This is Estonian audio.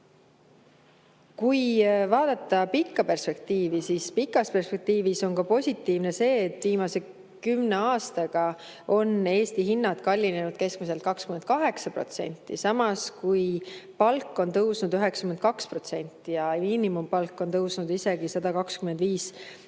Kui vaadata pikka perspektiivi, siis pikas perspektiivis on positiivne ka see, et kui viimase kümne aastaga on Eesti hinnad kallinenud keskmiselt 28%, siis palk on samas tõusnud 92% ja miinimumpalk on tõusnud isegi 125%.